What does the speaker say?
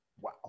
Wow